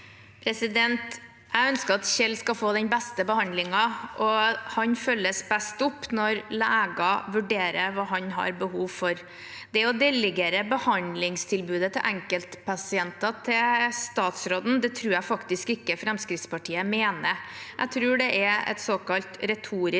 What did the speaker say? Jeg ønsker at Kjell skal få den beste behandlingen. Han følges best opp når leger vurderer hva han har behov for. Det å delegere enkeltpasienters behandlingstilbud til statsråden tror jeg faktisk ikke Fremskrittspartiet mener. Jeg tror det er et såkalt retorisk